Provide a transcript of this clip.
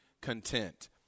content